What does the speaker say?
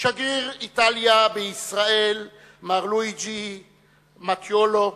שגריר איטליה בישראל, מר לואיג'י מאטיולו,